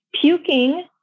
puking